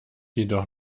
jedoch